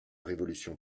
révolution